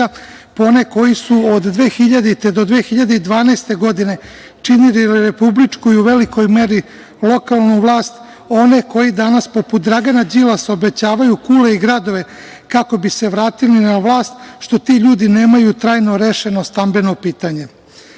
po one koji su od 2000. godine do 2012. godine, činili republičku i u velikoj meri lokalnu vlast one koje danas poput Dragana Đilasa obećavaju kule i gradove kako bi se vratili na vlast, što ti ljudi nemaju trajno rešeno stambeno pitanje. Kako